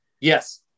Yes